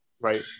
right